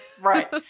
Right